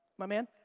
my man?